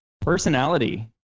Personality